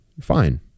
Fine